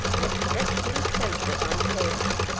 which stretched him senseless on the pavement.